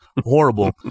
horrible